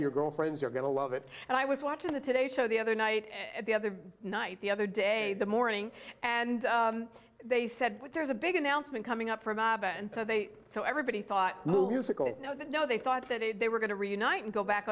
your girlfriends are going to love it and i was watching the today show the other night the other night the other day the morning and they said there's a big announcement coming up from and so they so everybody thought you know they thought that they were going to reunite and go back